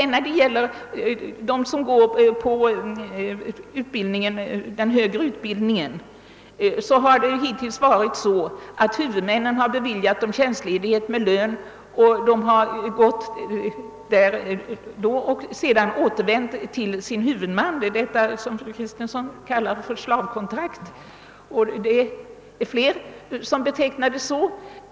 När det gäller dem som deltar i den högre utbildningen har det hittills varit så, att huvudmännen beviljat dem tjänstledighet med lön, och de har sedan återvänt till sin huvudman. Det är detta fru Kristensson kallar för slavkontrakt, och det är fler som betecknar det så.